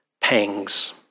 pangs